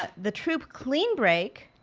ah the troupe clean break